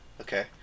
Okay